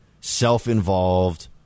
self-involved